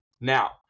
Now